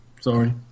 sorry